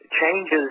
changes